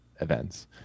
events